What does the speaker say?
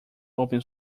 open